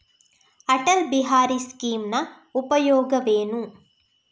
ಅಟಲ್ ಬಿಹಾರಿ ಸ್ಕೀಮಿನ ಉಪಯೋಗವೇನು?